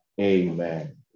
amen